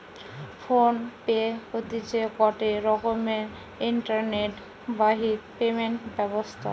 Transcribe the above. phone pay হতিছে গটে রকমের ইন্টারনেট বাহিত পেমেন্ট ব্যবস্থা